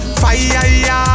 fire